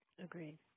Agreed